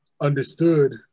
understood